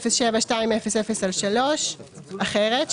707200/3----אחרת,